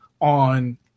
on